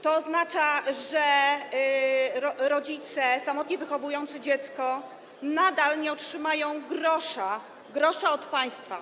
To oznacza, że rodzice samotnie wychowujący dziecko nadal nie otrzymają grosza od państwa.